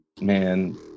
man